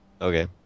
Okay